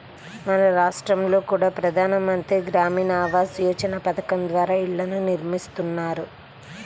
మన రాష్టంలో కూడా ప్రధాన మంత్రి గ్రామీణ ఆవాస్ యోజన పథకం ద్వారా ఇళ్ళను నిర్మిస్తున్నారు